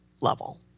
level